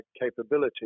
capability